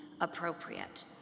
appropriate